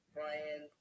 Brian